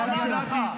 לא שמעת.